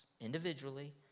individually